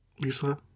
Lisa